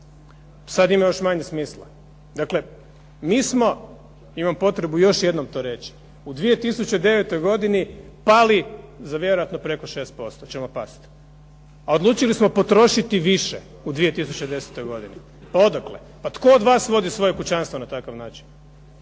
sada ima još manje smisla. Dakle, mi smo, imam potrebu još jednom to reći, u 2009. godini pali za vjerojatno 6% ćemo pasti, a odlučili smo potrošiti više u 2010. godini, odakle, tko od vas vodi svoje kućanstvo na ovakav način,